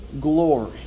glory